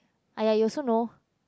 aye you also know